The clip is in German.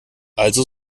also